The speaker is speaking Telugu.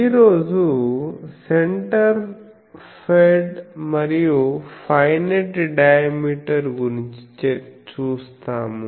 ఈ రోజు సెంటర్ ఫెడ్ మరియు ఫైనైట్ డయామీటర్ గురించి చూస్తాము